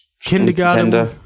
kindergarten